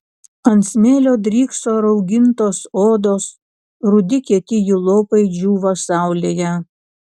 ant smėlio drykso raugintos odos rudi kieti jų lopai džiūva saulėje